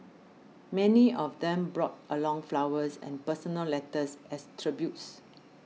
many of them brought along flowers and personal letters as tributes